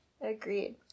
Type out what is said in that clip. Agreed